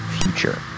future